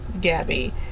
Gabby